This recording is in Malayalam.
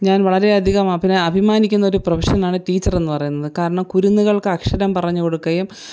ഞാൻ വളരെയധികം അഭിരാ അഭിമാനിക്കുന്നൊരു പ്രൊഫഷനാണ് ടീച്ചറെന്നു പറയുന്നത് കാരണം കുരുന്നുകൾക്ക് അക്ഷരം പറഞ്ഞു കൊടുക്കുകയും